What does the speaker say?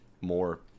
more